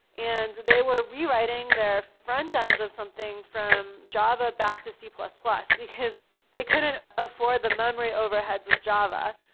and they were rewriting their front-ends of something from java back to c plus plus, because they couldn't afford the memory overheads of java.